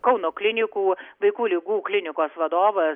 kauno klinikų vaikų ligų klinikos vadovas